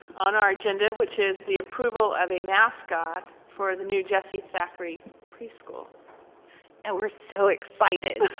on our agenda which is the approval of a mascot for the new jessie thackery preschool and we're so excited.